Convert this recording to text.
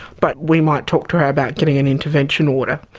but we might talk to her about getting an intervention order.